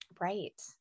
Right